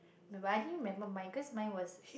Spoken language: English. no but I think never mind cause mine was